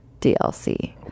DLC